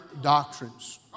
doctrines